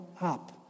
up